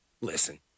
Listen